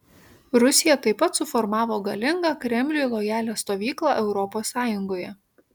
rusija taip pat suformavo galingą kremliui lojalią stovyklą europos sąjungoje